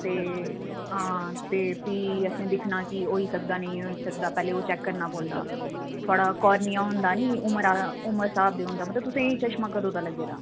ते हां ते भी अ'सें दिक्खना की होई सकदा नेईं होई सकदा पैह्लें ओह् चैक्क करना पौंदा थोआड़ा कोरनिया होंदा निं उमरा उमर स्हाब दे होंदा मतलब तु'सें गी चश्मा कदूं दा लग्गे दा